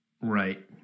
Right